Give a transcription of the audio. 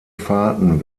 fahrten